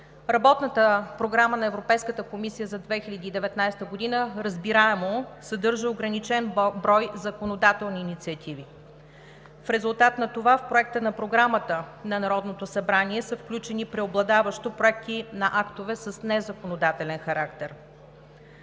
Работната програма на Европейската комисия за 2019 г. разбираемо съдържа ограничен брой законодателни инициативи. В резултат на това в Проекта на Програмата на Народното събрание са включени преобладаващо проекти на актове с незаконодателен характер.